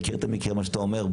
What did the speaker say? אני מכיר את המקרה שאתה אומר,